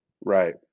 Right